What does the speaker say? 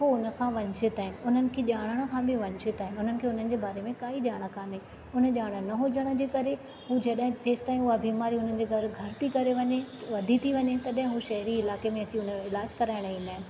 हू हुन खां वंचितु आहिनि हुननि खे ॼाणण खां बि वंचितु आहिनि हुननि खे हुननि जे ॿारे में काई ॼाण कान्हे उन ॼाण न हुजणु जे करे हू जॾहिं जेसिताईं उहा बीमारी हुन जे करे घर थी करे वञे वधी थी वञे तड॒हिं हू शहरी इलाके में अची हुन जो इलाज कराइणु ईंदा आहिनि